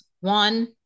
One